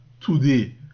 Today